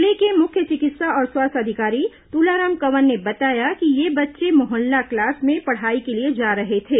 जिले के मुख्य चिकित्सा और स्वास्थ्य अधिकारी तुलाराम कंवर ने बताया कि ये बच्चे मोहल्ला क्लास में पढ़ाई के लिए जा रहे थे